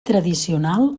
tradicional